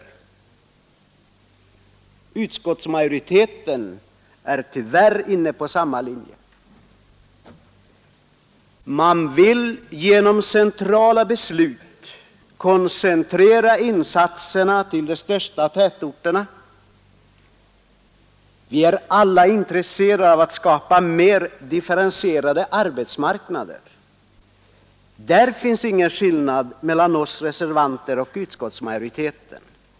Utskottsmajoriteten är tyvärr inne på samma linje. Man vill genom centrala beslut koncentrera insatserna till de största tätorterna. Vi är alla intresserade av att skapa en mer differentierad arbetsmarknad. Där finns ingen skillnad mellan oss reservanter och utskottsmajoriteten.